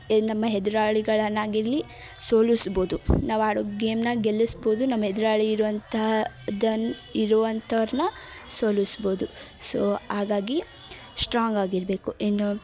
ಏ ನಮ್ಮ ಎದುರಾಳಿಗಳನ್ ಆಗಿರಲಿ ಸೋಲಿಸ್ಬೋದು ನಾವು ಆಡೋ ಗೇಮನ್ನ ಗೆಲ್ಲಿಸ್ಬೋದು ನಮ್ಮ ಎದುರಾಳಿ ಇರುವಂಥದನ್ನು ಇರುವಂಥವ್ರನ್ನ ಸೋಲಿಸ್ಬೋದು ಸೋ ಹಾಗಾಗಿ ಶ್ಟ್ರಾಂಗ್ ಆಗಿರಬೇಕು ಇನ್ನು